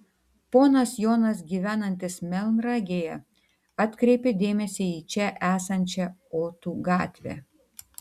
ponas jonas gyvenantis melnragėje atkreipė dėmesį į čia esančią otų gatvę